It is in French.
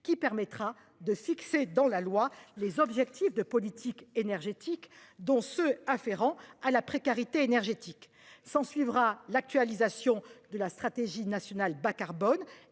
qui permettra de fixer dans la loi les objectifs de politique énergétique dont ceux afférents à la précarité énergétique. S'en suivra l'actualisation de la stratégie nationale bas-carbone